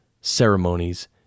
ceremonies